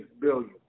billion